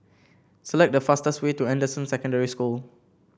select the fastest way to Anderson Secondary School